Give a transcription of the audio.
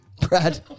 Brad